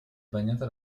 bagnata